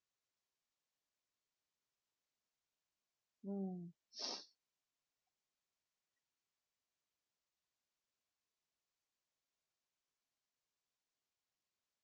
mm